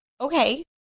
okay